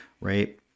Right